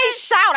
shout